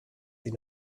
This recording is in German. sie